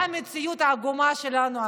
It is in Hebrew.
כן, זו המציאות העגומה שלנו עכשיו.